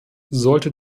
sollte